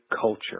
culture